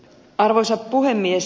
arvoisa puhemies